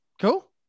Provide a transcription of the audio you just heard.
Cool